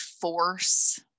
force